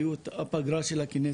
הייתה את הפגרה של הכנסת.